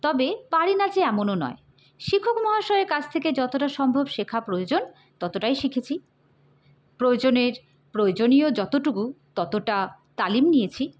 তবে পারি না যে এমনও নয় শিক্ষক মহাশয়ের কাছ থেকে যতটা সম্ভব শেখা প্রয়োজন ততটাই শিখেছি প্রয়োজনের প্রয়োজনীয় যতটুকু ততটা তালিম নিয়েছি